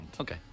Okay